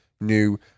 new